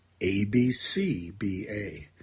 ABCBA